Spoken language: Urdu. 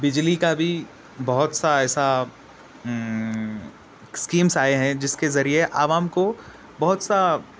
بجلی کا بھی بہت سا ایسا اسکیمس آئے ہیں جس کے ذریعے عوام کو بہت سا